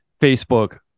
Facebook